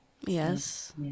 Yes